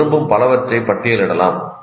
நீங்கள் விரும்பும் பலவற்றை பட்டியலிடலாம்